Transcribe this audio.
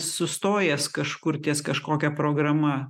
sustojęs kažkur ties kažkokia programa